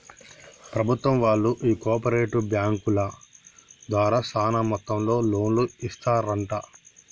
ప్రభుత్వం బళ్ళు ఈ కో ఆపరేటివ్ బాంకుల ద్వారా సాన మొత్తంలో లోన్లు ఇస్తరంట